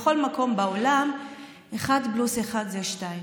בכל מקום בעולם אחת פלוס אחת זה שתיים,